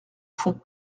fond